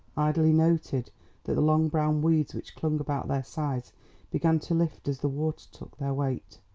idly noted that the long brown weeds which clung about their sides began to lift as the water took their weight,